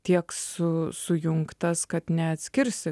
tiek su sujungtas kad neatskirsi